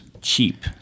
Cheap